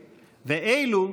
ואלו,